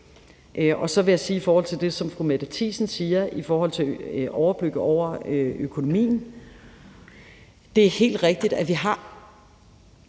Så vil jeg sige i forhold til det, som fru Mette Thiesen siger om overbyg over økonomien, at det er helt rigtigt, at vi har